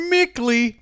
Mickley